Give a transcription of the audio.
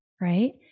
right